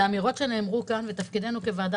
אלו אמירות שנאמרו כאן ותפקידנו כוועדה